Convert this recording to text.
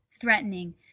threatening